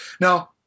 now